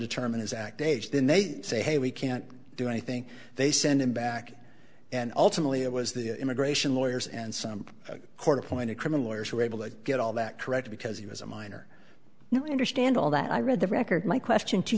act age then they say hey we can't do anything they send him back and ultimately it was the immigration lawyers and some court appointed criminal lawyers who were able to get all that correct because he was a minor you know i understand all that i read the record my question to